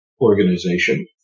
Organization